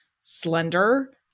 slender